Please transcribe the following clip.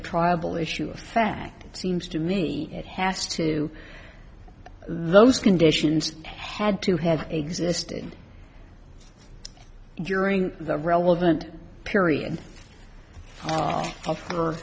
a tribal issue of fact it seems to me it has to those conditions had to have existed during the relevant period of her